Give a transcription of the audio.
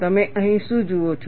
અને તમે અહીં શું જુઓ છો